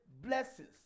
blessings